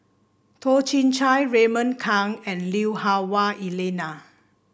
Toh Chin Chye Raymond Kang and Lui Hah Wah Elena